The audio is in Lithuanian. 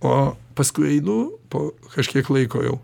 o paskui einu po kažkiek laiko jau